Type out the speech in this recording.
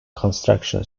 construction